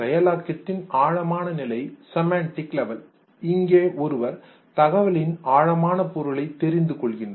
செயலாக்கத்தின் ஆழமான நிலை செமன்டிக் லெவல் இங்கே ஒருவர் தகவலின் ஆழமான பொருளை தெரிந்து கொள்கின்றார்